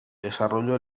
desarrolló